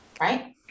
right